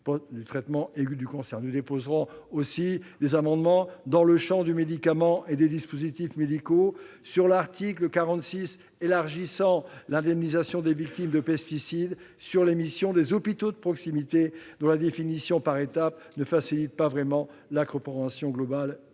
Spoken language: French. Nous avons déposé des amendements dans le champ du médicament et des dispositifs médicaux, sur l'article 46 élargissant l'indemnisation des victimes de pesticides, ainsi que sur les missions des hôpitaux de proximité, dont la définition par étapes ne facilite pas vraiment la compréhension globale.